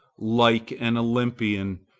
like an olympian,